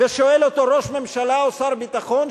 ושואל אותו ראש הממשלה או שר הביטחון,